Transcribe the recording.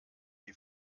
die